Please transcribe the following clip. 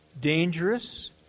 dangerous